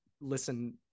listen